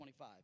25